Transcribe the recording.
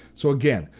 so again,